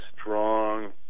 strong